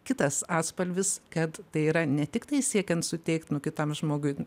kitas atspalvis kad tai yra ne tiktai siekiant suteikt nu kitam žmogui